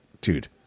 dude